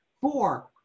four